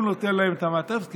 הוא נותן להם את המעטפת,